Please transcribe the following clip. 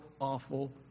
awful